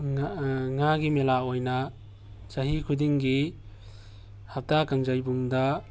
ꯉꯥꯒꯤ ꯃꯦꯂꯥ ꯑꯣꯏꯅ ꯆꯍꯤ ꯈꯨꯗꯤꯡꯒꯤ ꯍꯞꯇꯥ ꯀꯥꯡꯖꯩꯕꯨꯡꯗ